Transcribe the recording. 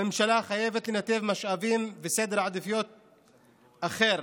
כאוס.) הממשלה חייבת לנתב משאבים וסדר עדיפויות אחר.